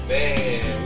Man